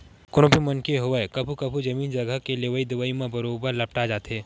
कोनो भी मनखे होवय कभू कभू जमीन जघा के लेवई देवई म बरोबर लपटा जाथे